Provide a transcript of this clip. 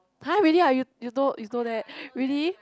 !huh! really ah you you know you know that really